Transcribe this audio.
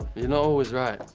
you know always right.